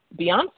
Beyonce